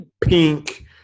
pink